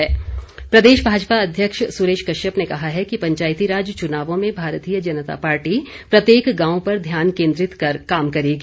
सुरेश कश्यप प्रदेश भाजपा अध्यक्ष सुरेश कश्यप ने कहा है कि पंचायतीराज चुनावों में भारतीय जनता पार्टी प्रत्येक गांव पर ध्यान केंद्रित कर काम करेगी